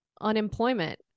unemployment